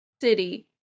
city